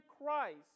Christ